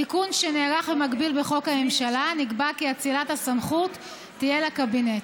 בתיקון שנערך במקביל בחוק הממשלה נקבע כי אצילת הסמכות תהיה לקבינט.